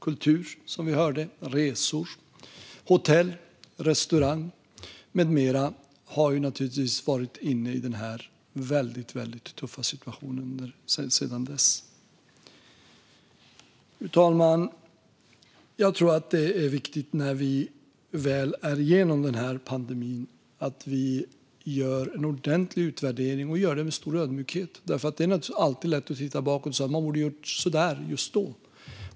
Kultur, som vi hörde här, resor, hotell, restaurang med mera har varit i den här väldigt tuffa situationen sedan dess. Fru talman! Jag tror att det är viktigt när vi väl är igenom den här pandemin att vi gör en ordentlig utvärdering och gör den med stor ödmjukhet. Det är naturligtvis alltid lätt att se bakåt och säga att man borde ha gjort på ett visst sätt just då.